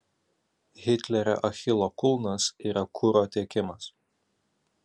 hitlerio achilo kulnas yra kuro tiekimas